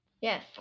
Yes